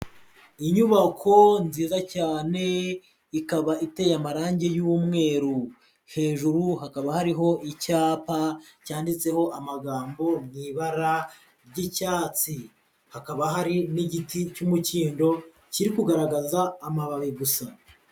Inyubako nziza cyane, ikaba iteye amarangi y'umweru. Hejuru hakaba hariho icyapa cyanditseho amagambo mu ibara ry'icyatsi. Hakaba hari n'igiti cy'umukindo kiri kugaragaza amababi gusa.